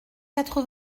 quatre